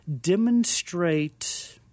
Demonstrate